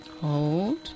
Hold